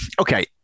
okay